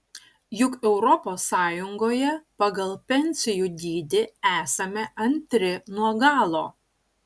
juk europos sąjungoje pagal pensijų dydį esame antri nuo galo